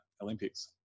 Olympics